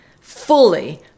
fully